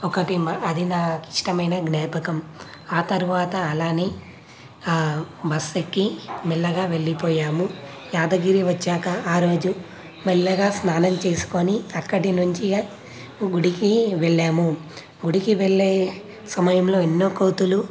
ఒకటి అది నాకిష్టమైన జ్ఞాపకం ఆ తర్వాత అలానే బస్సు ఎక్కి మెల్లగా వెళ్ళిపోయాము యాదగిరి వచ్చాక ఆ రోజు మెల్లగా స్నానం చేసుకుని అక్కడ నుంచి గుడికి వెళ్ళాము గుడికి వెళ్లే సమయంలో ఎన్నో కోతులు